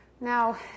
Now